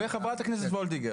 וחברת הכנסת וולדיגר.